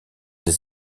des